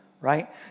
right